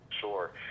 sure